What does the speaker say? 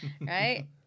right